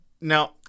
Now